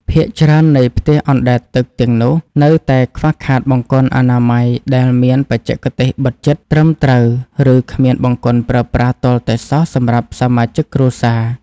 ភាគច្រើននៃផ្ទះអណ្តែតទឹកទាំងនោះនៅតែខ្វះខាតបង្គន់អនាម័យដែលមានបច្ចេកទេសបិទជិតត្រឹមត្រូវ ឬគ្មានបង្គន់ប្រើប្រាស់ទាល់តែសោះសម្រាប់សមាជិកគ្រួសារ។